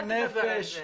אל תדבר על זה,